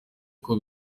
uko